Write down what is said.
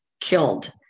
killed